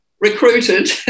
recruited